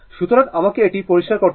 সুতরাং আমাকে এটি পরিষ্কার করতে দিন